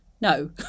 no